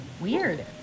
weird